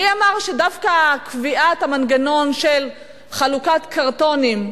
מי אמר שדווקא קביעת המנגנון של חלוקת קרטונים,